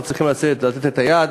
לסמן כיעד,